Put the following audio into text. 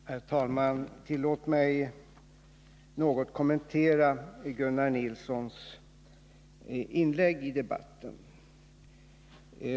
Herr talman! Tillåt mig något kommentera Gunnar Nilssons inlägg i debatten.